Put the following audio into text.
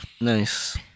Nice